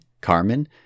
Carmen